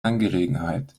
angelegenheit